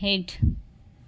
हेठि